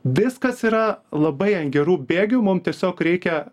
viskas yra labai ant gerų bėgių mum tiesiog reikia